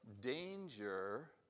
danger